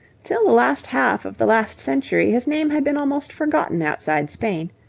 till the last half of the last century his name had been almost forgotten outside spain.